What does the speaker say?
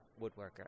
woodworker